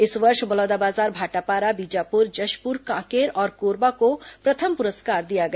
इस वर्ष बलौदाबाजार भाटापारा बीजापुर जशपुर कांकेर और कोरबा को प्रथम पुरस्कार दिया गया